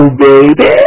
baby